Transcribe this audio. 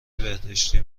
بهداشتی